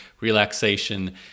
relaxation